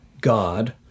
God